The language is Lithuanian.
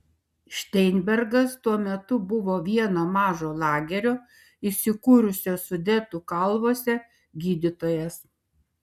šteinbergas tuo metu buvo vieno mažo lagerio įsikūrusio sudetų kalvose gydytojas